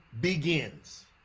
begins